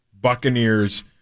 Buccaneers